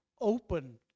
open